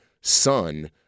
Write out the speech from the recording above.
son